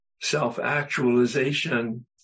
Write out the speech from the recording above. Self-actualization